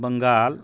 Bengal